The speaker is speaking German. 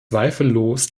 zweifellos